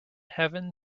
heaven